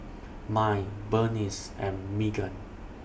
Mai Berniece and Meggan